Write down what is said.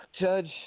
Judge